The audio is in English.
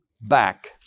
back